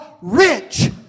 rich